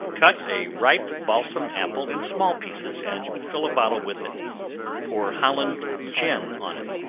cut a ripe balsam apple in small pieces, and fill a bottle with it pour holland gin on it.